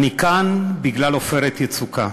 אני כאן בגלל "עופרת יצוקה",